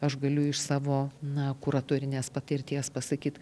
aš galiu iš savo na kuratorinės patirties pasakyt